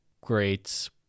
great